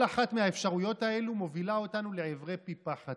כל אחת מהאפשרויות האלה מובילה אותנו לעברי פי פחת,